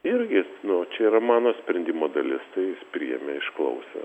irgi jis nu čia yra mano sprendimo dalis tai priėmė išklausė